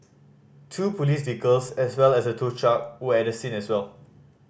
two police vehicles as well as a tow truck were at the scene as well